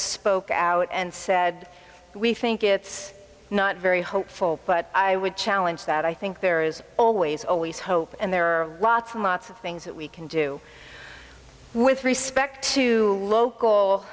spoke out and said we think it's not very hopeful but i would challenge that i think there is always always hope and there are lots and lots of things that we can do with respect to